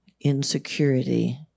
insecurity